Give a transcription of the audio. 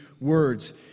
words